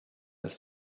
ist